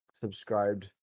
subscribed